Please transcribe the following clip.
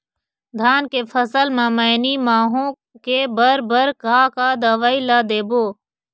धान के फसल म मैनी माहो के बर बर का का दवई ला देबो?